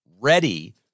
ready